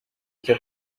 icyo